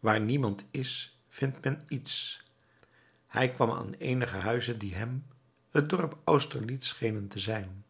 waar niemand is vindt men iets hij kwam aan eenige huizen die hem het dorp austerlitz schenen te zijn